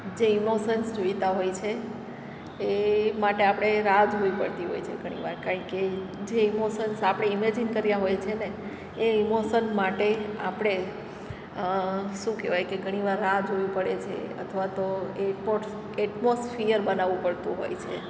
જે ઇમોસન્સ જોઈતા હોય છે એ માટે આપણે રાહ જોવી પડતી હોય છે ઘણીવાર કારણ કે જે ઇમોસન્સ આપણે ઇમેઝીન કર્યા હોય છે ને એ ઇમોસન માટે આપણે શું કહેવાય કે ઘણીવાર રાહ જોવી પડે છે અથવા તો એટમોસફીયર બનાવવું પડતું હોય છે